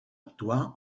actuar